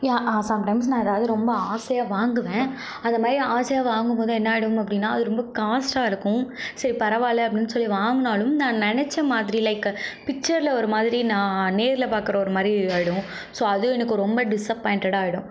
யா sometimes நான் எதாவது ரொம்ப ஆசையாக வாங்குவேன் அது மாதிரி நான் ஆசையாக வாங்கும்போது என்னாகிடும் அப்படின்னா அது ரொம்ப காஸ்ட்டாக இருக்கும் சரி பரவாயில்ல அப்படின் சொல்லி வாங்கினாலும் நான் நினைச்ச மாதிரி லைக் பிச்சரில் ஒரு மாதிரி நான் நேரில் பார்க்கற ஒரு மாதிரி ஆகிடும் ஸோ அது எனக்கு ரொம்ப டிஸப்பாய்ண்டேட் ஆகிடும்